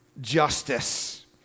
justice